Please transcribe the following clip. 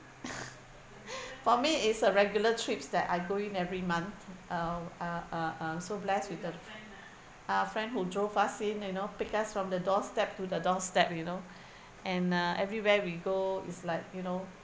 for me is a regular trips that I go in every month uh uh uh uh so blessed with the ah friend who drove us in you know pick us from the doorstep to the doorstep you know and uh everywhere we go is like you know